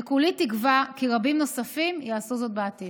וכולי תקווה כי רבים נוספים יעשו זאת בעתיד.